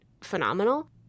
phenomenal